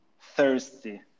thirsty